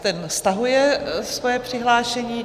Ten stahuje svoje přihlášení.